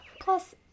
Plus